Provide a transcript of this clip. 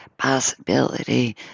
possibility